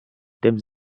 temps